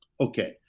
okay